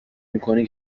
میکنی